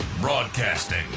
broadcasting